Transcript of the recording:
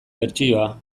bertsioa